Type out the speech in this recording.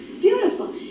beautiful